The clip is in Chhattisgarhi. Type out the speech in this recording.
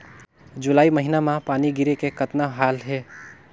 जुलाई महीना म पानी गिरे के कतना हाल हे?